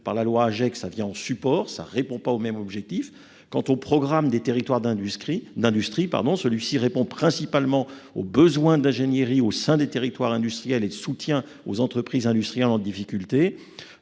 dite loi Agec, vient en support, mais ne répond pas au même objectif. Quant au programme Territoires d'industrie, il répond principalement aux besoins d'ingénierie au sein des territoires industriels et de soutien aux entreprises industrielles en difficulté.